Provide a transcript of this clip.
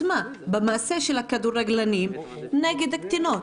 במעשה של הכדורגלנים נגד הקטינות.